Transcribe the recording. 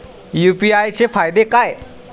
UPI चे फायदे काय?